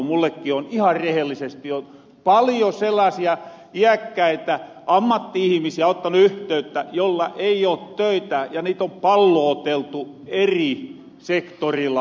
mullekin on ihan rehellisesti jo paljo sellaasia iäkkäitä ammatti ihimisiä ottanut yhteyttä jolla ei oo töitä ja niitä on pallooteltu eri sektoriilla koulutuksehen